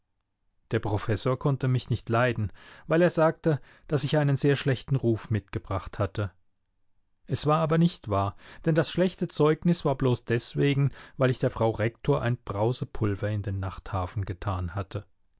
der professor konnte mich nicht leiden weil er sagte daß ich einen sehr schlechten ruf mitgebracht hatte es war aber nicht wahr denn das schlechte zeugnis war bloß deswegen weil ich der frau rektor ein brausepulver in den nachthafen getan hatte